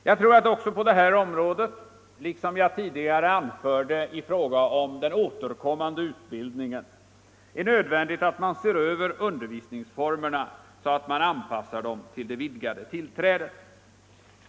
Jag tror att det också på det här området, liksom jag tidigare anförde i fråga om den återkommande utbildningen, är nödvändigt att se över undervisningsformerna, så att man anpassar dem till det vidgade tillträdet.